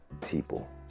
people